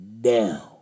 down